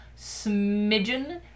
smidgen